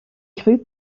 cru